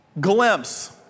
glimpse